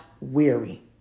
weary